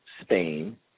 Spain